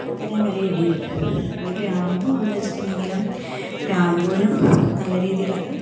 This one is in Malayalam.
കുത്തനെ വില ഇടിയും പിന്നെ ഗ്രാമ്പൂ ആണെന്ന് വെച്ചിട്ടുണ്ടെങ്കിലും ഗ്രാമ്പൂവിനും നല്ല രീതിയിലൊക്കെ